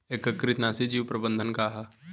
एकीकृत नाशी जीव प्रबंधन का ह?